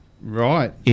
Right